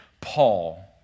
Paul